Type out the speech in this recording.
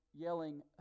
yelling